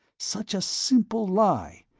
such a simple lie,